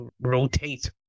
rotate